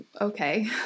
okay